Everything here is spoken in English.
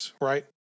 right